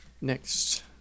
Next